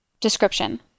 Description